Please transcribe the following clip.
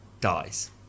dies